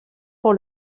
pour